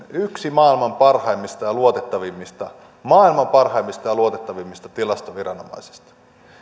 yksi maailman parhaimmista ja luotettavimmista maailman parhaimmista ja luotettavimmista tilastoviranomaisista